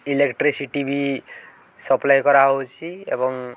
electricity ବି supply କରାହେଉଛି ଏବଂ